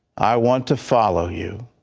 i want to follow you.